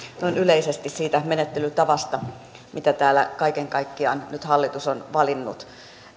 noin yleisesti siitä menettelytavasta mitä täällä kaiken kaikkiaan nyt hallitus on valinnut